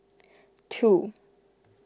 two